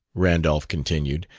randolph continued,